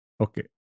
Okay